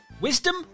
Wisdom